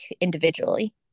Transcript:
individually